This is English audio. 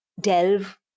delve